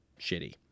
shitty